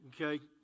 okay